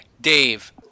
Dave